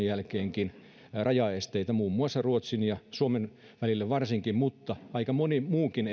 jälkeenkin rajaesteitä varsinkin ruotsin ja suomen välillä kuitenkin aika moni muukin